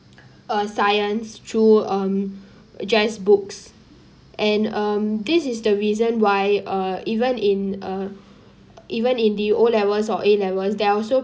uh science through um just books and um this is the reason why uh even in uh even in the o-levels or a-levels there also